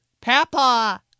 Papa